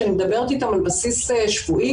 שאני מדברת איתם על בסיס שבועי,